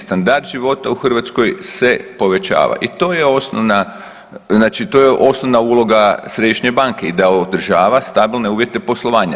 Standard života u Hrvatskoj se povećava i to je osnovna, znači to je osnovna uloga središnje banke i da održava stabilne uvjete poslovanja.